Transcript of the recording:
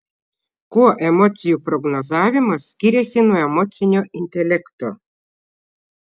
kuo emocijų prognozavimas skiriasi nuo emocinio intelekto